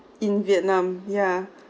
in vietnam yeah